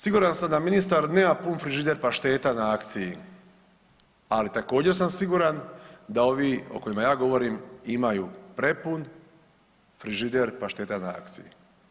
Siguran sam da ministar nema pun frižider pašteta na akciji, ali također sam siguran da ovi o kojima ja govorim imaju prepun frižider pašteta na akciji.